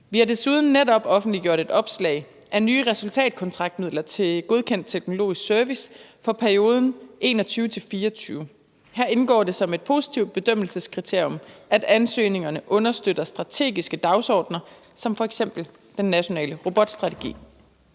Vi har desuden netop offentliggjort et opslag af nye resultatkontraktmidler til godkendt teknologisk service for perioden 2021-2024. Her indgår det som et positivt bedømmelseskriterium, at ansøgningerne understøtter strategiske dagsordener som f.eks. den nationale robotstrategi.